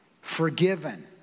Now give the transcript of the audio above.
forgiven